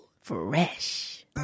Fresh